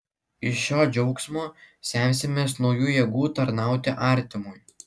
iš šio džiaugsmo semsimės naujų jėgų tarnauti artimui